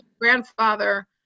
grandfather